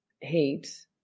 hate